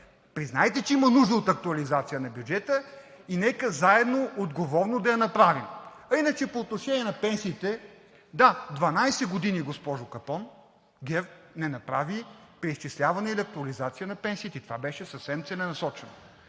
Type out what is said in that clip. признайте, че има нужда от актуализация на бюджета и нека заедно, отговорно да я направим. А иначе по отношение на пенсиите – да, 12 години, госпожо Капон, ГЕРБ не направи преизчисляване или актуализация на пенсиите и това беше съвсем целенасочено.